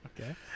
Okay